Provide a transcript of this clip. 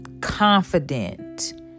confident